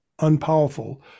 unpowerful